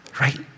right